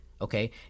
okay